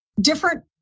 different